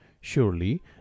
Surely